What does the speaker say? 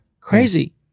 Crazy